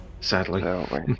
sadly